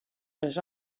ris